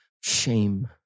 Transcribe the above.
shame